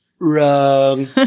wrong